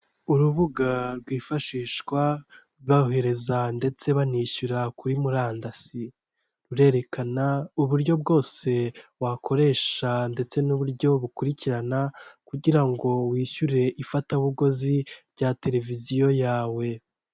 Urubuga rwifashishwa bohereza ndetse banishyura kuri murandasi. Rurerekana uburyo bwose wakoresha, ndetse n'uburyo bukurikirana, kugira ngo wishyurire ifatabuguzi rya televiziyo yawe.